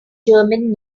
german